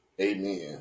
amen